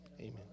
Amen